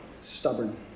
stubborn